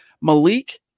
Malik